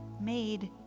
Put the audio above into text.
made